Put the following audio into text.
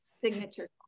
signature